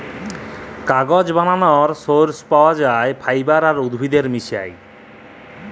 কাগজ বালালর সর্স পাউয়া যায় ফাইবার আর উদ্ভিদের মিশায়